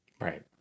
Right